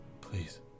please